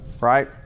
right